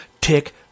Tick